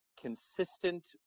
consistent